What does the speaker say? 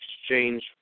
exchange